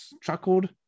chuckled